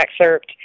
excerpt